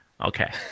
Okay